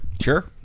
Sure